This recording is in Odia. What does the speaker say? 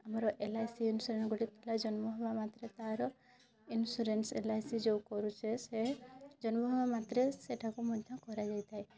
ଆମର ଏଲ ଆଇ ସି ଇଂସୁରାନ୍ସ ଗୋଟେ ପିଲା ଜନ୍ମ ହେବା ମାତ୍ରେ ତାର ଇଂସୁରାନ୍ସ ଏଲ ଆଇ ସି ଯୋ କରୁଛେ ସେ ଜନ୍ମ ହେବା ମାତ୍ରେ ସେଠାକୁ ମଧ୍ୟ କରାଯାଇଥାଏ